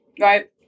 right